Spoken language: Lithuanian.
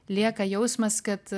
lieka jausmas kad